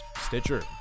Stitcher